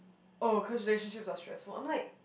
oh cause relationships are stressful I'm like